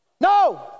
No